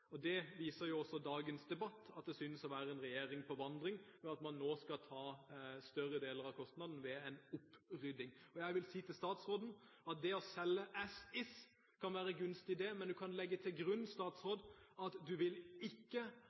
Dagens debatt viser også at det synes å være en regjering på vandring, ved at man nå skal ta større deler av kostnadene ved en «opprydding». Jeg vil si til statsråden at det å selge «as is» kan være gunstig, men du kan legge til grunn, statsråd, at du ikke vil